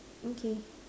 okay